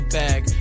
bag